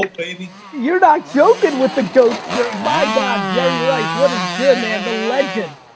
and baby. you're not joking with the goat shirt. my god, jerry rice, what is good, man? the legend.